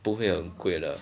不会很贵了